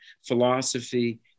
philosophy